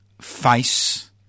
face